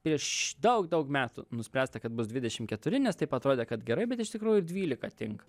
prieš daug daug metų nuspręsta kad bus dvidešim keturi nes taip atrodė kad gerai bet iš tikrųjų dvylika tinka